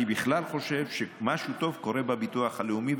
אני בכלל חושב שמשהו טוב קורה בביטוח הלאומי,